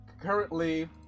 currently